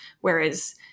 whereas